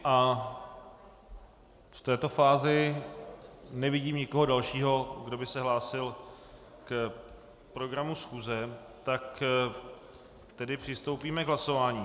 V této fázi nevidím nikoho dalšího, kdo by se hlásil k programu schůze, tak tedy přistoupíme k hlasování.